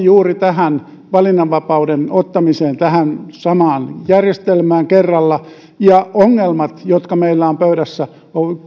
juuri valinnanvapauden ottamiseen tähän samaan järjestelmään kerralla ongelmat jotka meillä on pöydässä